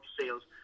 sales